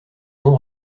long